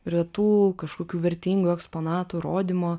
retų kažkokių vertingų eksponatų rodymo